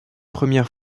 première